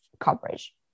coverage